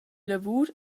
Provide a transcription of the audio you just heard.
lavur